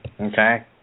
Okay